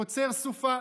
קוצר סופה.